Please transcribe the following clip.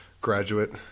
graduate